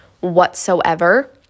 whatsoever